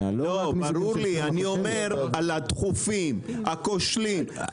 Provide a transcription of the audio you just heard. ולכן צריך